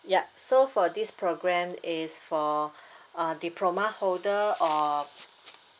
yup so for this program is for uh diploma holder or